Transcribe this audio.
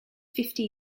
fifty